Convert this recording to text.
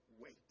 wait